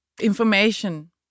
information